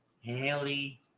Haley